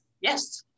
Yes